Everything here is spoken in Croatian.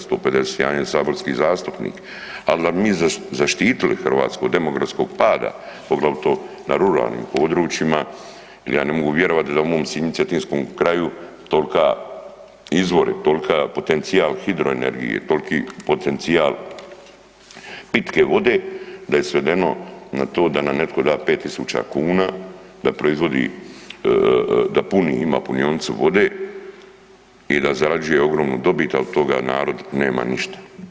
151 je saborski zastupnik, ali da bi mi zaštitili Hrvatsku od demografskog pada poglavito na ruralnim područjima jel ja ne mogu vjerovati da u mom Sinju, Cetinskom kraju tolka izvori, tolka potencijal hidroenergije, toliki potencijal pitke vode da svedeno da nam netko da 5.000 kuna da proizvodi, da puni, ima punionicu vode i da zarađuje ogromnu dobit, a od toga narod nema ništa.